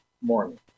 morning